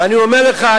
ואני אומר לך,